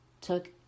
took